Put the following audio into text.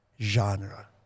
genre